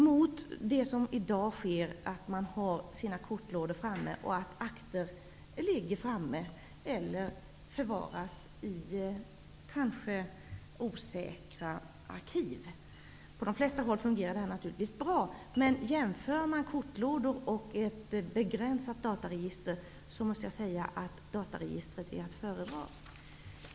Detta skall jämföras med situationen i dag, när man har sina kortlådor framme och akter ligger framme eller kanske förvaras i osäkra arkiv. På de flesta håll fungerar detta bra. Men om man jämför kortlådor med ett begränsat dataregister är dataregistret att föredra.